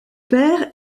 père